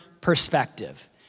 perspective